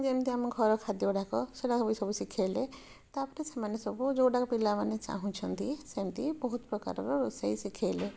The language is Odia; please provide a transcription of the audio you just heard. ଯେମିତି ଆମ ଘର ଖାଦ୍ୟ ଗୁଡ଼ାକ ସେଇଟା ସବୁ ସବୁ ଶିଖେଇଲେ ତା'ପରେ ସେମାନେ ସବୁ ଯେଉଁଟା ପିଲାମାନେ ଚାହୁଁଛନ୍ତି ସେମିତି ବହୁତ ପ୍ରକାରର ରୋଷେଇ ଶିଖେଇଲେ